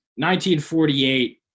1948